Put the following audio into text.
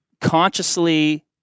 consciously